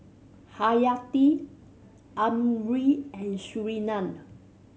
Hayati Amrin and Surinam